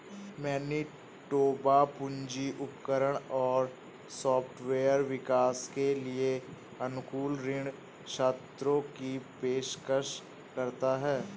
Manitoba पूंजी उपकरण और सॉफ्टवेयर विकास के लिए अनुकूल ऋण शर्तों की पेशकश करता है